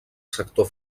sector